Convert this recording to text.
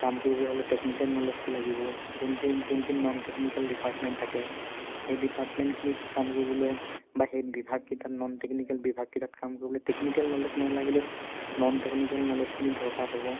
কাম কৰিবলৈ হ'লে টেকনিকেল নলেজটো লাগিব যোনখিন যোনখিনি নন টেকনিকেল ডিপাৰ্টমেণ্ট থাকে সেই ডিপাৰ্টমেণ্টখিনিত কাম কৰিবলৈ বা সেই বিভাগ কেইটাত নন টেকনিকেল বিভাগকেইটাত কাম কৰিবলৈ টেকনিকেল নলেজ নেলাগিলেও নন টেকনিকেল নলেজখিনিৰ দৰকাৰ হ'ব